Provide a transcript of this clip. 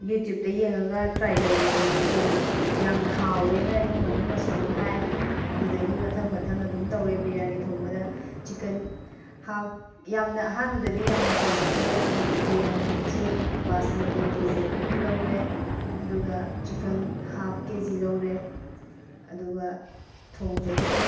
ꯌꯨꯇꯨꯕꯇ ꯌꯦꯡꯂꯒ ꯇ꯭ꯔꯥꯏ ꯇꯧꯈꯤꯕꯅꯤ ꯑꯗꯨꯕꯨ ꯌꯥꯝꯅ ꯍꯥꯎꯋꯦꯅ ꯏꯃꯨꯡ ꯃꯅꯨꯡꯅꯁꯨ ꯑꯗꯨꯝ ꯍꯥꯏ ꯑꯗꯨꯗꯒꯤ ꯃꯊꯪ ꯃꯊꯪ ꯑꯗꯨꯝ ꯇꯧꯏ ꯕꯤꯔꯌꯥꯅꯤ ꯊꯣꯡꯕꯗ ꯆꯤꯀꯟ ꯌꯥꯝꯅ ꯑꯍꯥꯟꯕꯗꯗꯤ ꯌꯥꯝꯅ ꯇꯧꯖꯗ꯭ꯔꯦ ꯑꯩꯅ ꯕꯤꯔꯌꯥꯅꯤ ꯆꯦꯡ ꯕꯥꯁꯃꯥꯇꯤ ꯀꯦ ꯖꯤ ꯑꯃꯒꯤ ꯂꯧꯔꯦ ꯑꯗꯨꯒ ꯆꯤꯀꯟ ꯍꯥꯐ ꯀꯦ ꯖꯤ ꯂꯧꯔꯦ ꯑꯗꯨꯒ ꯊꯣꯡꯖꯈꯤ